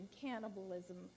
cannibalism